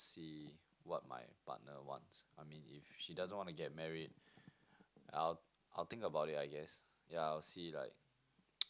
see what my partner wants I mean if she doesn't wanna get married I'll I'll think about it I guess yeah I'll see like